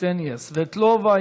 קסניה סבטלובה.